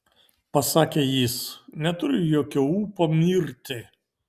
pasakė jis neturiu jokio ūpo mirti